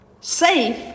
safe